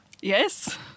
Yes